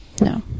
No